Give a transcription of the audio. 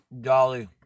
Dolly